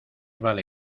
vale